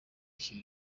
iki